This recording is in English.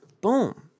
Boom